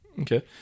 Okay